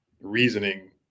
reasoning